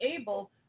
able